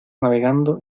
navegando